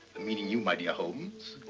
meaning you my dear holmes,